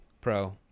pro